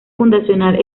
fundacional